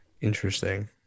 Interesting